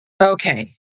Okay